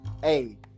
hey